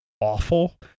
awful